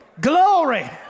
Glory